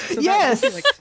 Yes